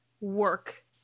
work